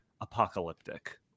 apocalyptic